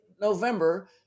November